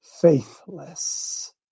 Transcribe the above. faithless